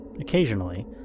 occasionally